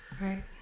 right